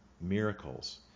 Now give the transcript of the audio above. miracles